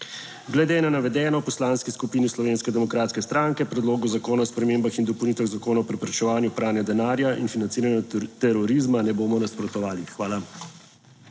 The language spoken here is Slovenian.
Glede na navedeno v Poslanski skupini Slovenske demokratske stranke Predlogu zakona o spremembah in dopolnitvah Zakona o preprečevanju pranja denarja in financiranju terorizma ne bomo nasprotovali. Hvala.